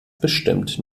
bestimmt